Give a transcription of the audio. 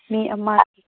ꯃꯤ ꯑꯃ